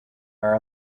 our